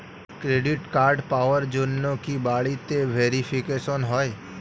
Credit card পাওয়ার জন্য কি বাড়িতে ভেরিফিকেশন হয়?